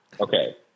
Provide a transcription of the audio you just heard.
Okay